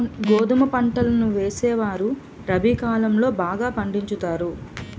గోధుమ పంటలను వేసేవారు రబి కాలం లో బాగా పండించుతారు